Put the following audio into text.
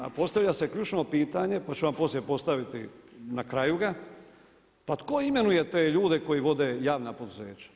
A postavlja se ključno pitanje, pa ću vam poslije postaviti na kraju ga, pa tko imenuje te ljude koji vode javna poduzeća?